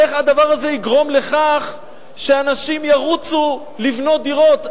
איך הדבר הזה יגרום לכך שאנשים ירוצו לבנות דירות?